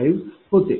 75 होते